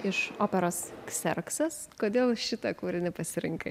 iš operos kserksas kodėl šitą kūrinį pasirinkai